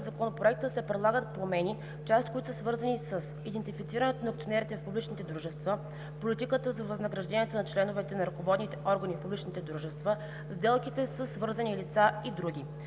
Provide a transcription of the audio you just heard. Законопроекта се предлагат промени, част от които са свързани с: идентифицирането на акционерите в публични дружества; политиката за възнагражденията на членовете на ръководните органи в публични дружества; сделките със свързани лица и други.